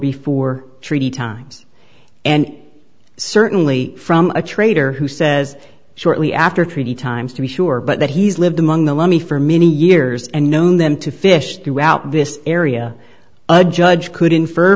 before treaty times and certainly from a traitor who says shortly after treaty times to be sure but that he's lived among the lummy for many years and known them to fish throughout this area a judge could